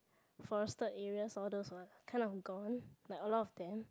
forested areas all those were kind of gone like a lot of them